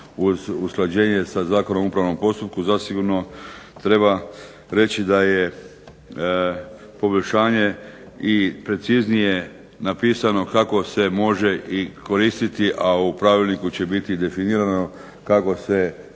uz usklađenje sa Zakonom o upravnom postupku zasigurno treba reći da je poboljšanje i preciznije napisano kako se može i koristiti, a u pravilniku će biti i definirano kako se koristi